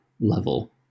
level